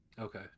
Okay